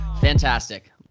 Fantastic